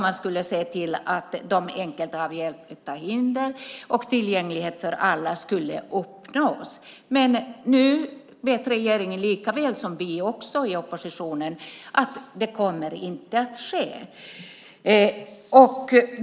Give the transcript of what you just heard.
Man skulle se till att de enkelt avhjälpta hindren skulle bort och att tillgänglighet för alla skulle uppnås. Nu vet regeringen lika väl som vi i oppositionen att det inte kommer att ske.